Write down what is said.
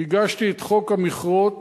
הגשתי את חוק המכרות,